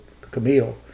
Camille